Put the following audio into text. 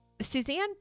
Suzanne